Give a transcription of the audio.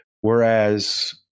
whereas